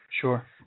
sure